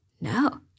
no